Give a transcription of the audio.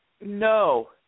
no